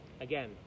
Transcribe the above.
Again